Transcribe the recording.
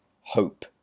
hope